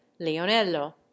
leonello